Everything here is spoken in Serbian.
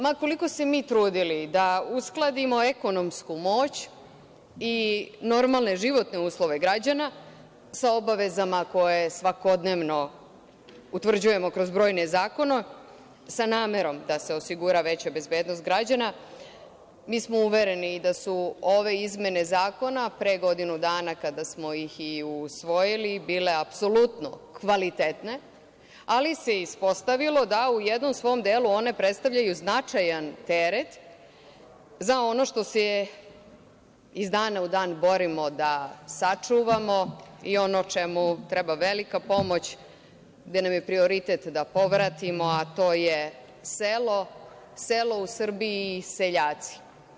Ma koliko se mi trudili da uskladimo ekonomsku moć i normalne životne uslove građana sa obavezama koje svakodnevno utvrđujemo kroz brojne zakone, sa namerom da se osigura veća bezbednost građana, uvereni smo da su ove izmene zakona pre godinu dana, kada smo ih i usvojili, bile apsolutno kvalitetne, ali se ispostavilo da u jednom svom delu one predstavljaju značajan teret za ono što se iz dana u dan borimo da sačuvamo i ono u čemu treba velika pomoć, gde nam je prioritet da povratimo, a to je selo u Srbiji i seljaci.